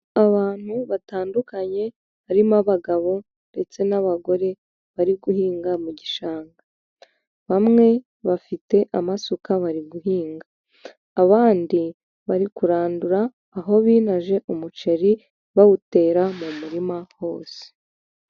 Abantu batandukanye barimo abagabo ndetse n'abagore, bari guhinga mu gishanga. Bamwe bafite amasuka bari guhinga. Abandi bari kurandura aho binaje umuceri, bawutera mu murima hose.